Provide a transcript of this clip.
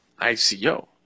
ICO